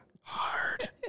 hard